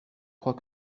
crois